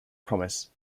promise